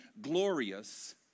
glorious